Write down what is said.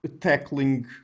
tackling